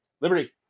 Liberty